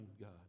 God